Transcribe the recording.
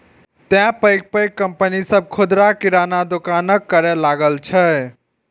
तें पैघ पैघ कंपनी सभ खुदरा किराना दोकानक करै लागल छै